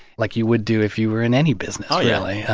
like you would do if you were in any business, really,